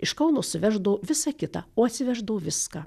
iš kauno suveždavo visa kita o atsiveždavo viską